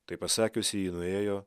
tai pasakiusi ji nuėjo